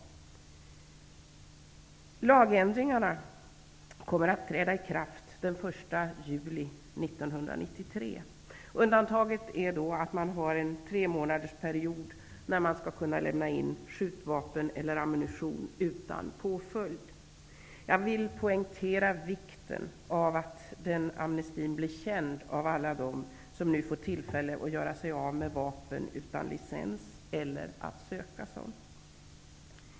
Lagändringarna kommer att träda i kraft den 1 juli 1993. Undantaget är att man under en tremånadersperiod skall kunna lämna in skjutvapen eller ammunition utan påföljd. Jag vill poängtera vikten av att denna amnesti blir känd av alla dem som nu får tillfälle att göra sig av med vapen utan licens eller att söka sådan.